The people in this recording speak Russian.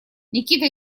никита